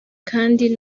kandi